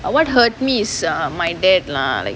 what hurt me is ah my dad lah like